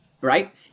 right